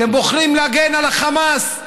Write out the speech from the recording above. אתם בוחרים להגן על החמאס.